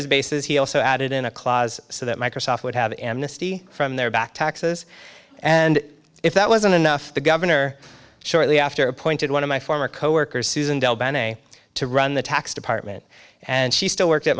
his bases he also added in a clause so that microsoft would have amnesty from their back taxes and if that wasn't enough the governor shortly after appointed one of my former coworkers susan to run the tax department and she still worked at